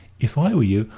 if i were you,